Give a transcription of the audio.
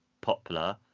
popular